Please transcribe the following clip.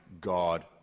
God